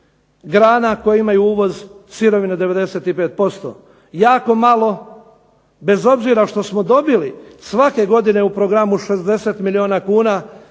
grana koje imaju uvoz sirovine 95%. Jako malo bez obzira što smo dobili svake godine u programu 60 milijuna kuna